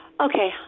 Okay